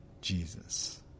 Jesus